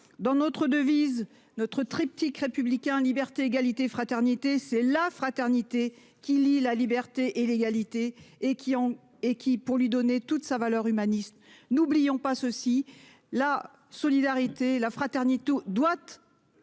dans notre devise notre triptyque républicain Liberté Égalité Fraternité. C'est la fraternité qui lient la liberté et l'égalité, et qui ont et qui pour lui donner toute sa valeur humaniste. N'oublions pas ceci, la solidarité, la fraternité doigte.